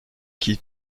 qui